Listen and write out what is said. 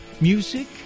Music